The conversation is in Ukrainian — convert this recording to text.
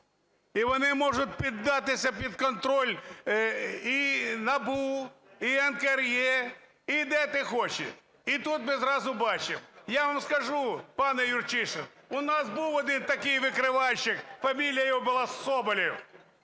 і вони можуть піддатися під контроль і НАБУ, і НКРЕ, і де ти хочеш. І тут ми зразу бачимо, я вам скажу, пане Юрчишин, у нас був один такий викривальщик, фамілія його була